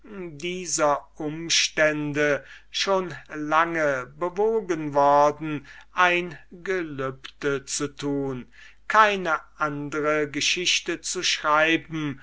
dieser umstände schon lange bewogen worden ein gelübde zu tun keine andre geschichte zu schreiben